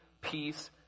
peace